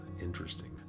Interesting